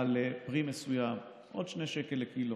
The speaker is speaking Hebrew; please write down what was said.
על פרי מסוים עוד 2 שקל לקילו,